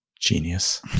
Genius